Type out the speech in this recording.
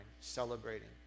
celebrating